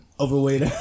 overweight